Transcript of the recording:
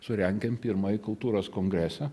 surengėm pirmąjį kultūros kongresą